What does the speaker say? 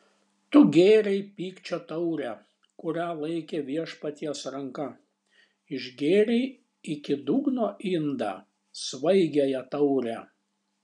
tu gėrei pykčio taurę kurią laikė viešpaties ranka išgėrei iki dugno indą svaigiąją taurę